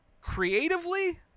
creatively